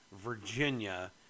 Virginia